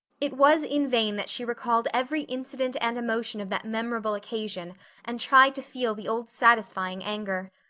it was in vain that she recalled every incident and emotion of that memorable occasion and tried to feel the old satisfying anger.